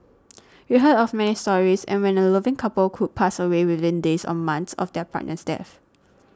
we heard of many stories and when a loving couple could pass away within days or months of their partner's death